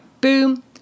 boom